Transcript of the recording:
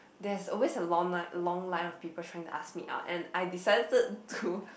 there's always a long line long line of people trying to ask me out and I decided to